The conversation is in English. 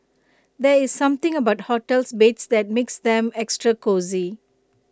there's something about hotel's beds that makes them extra cosy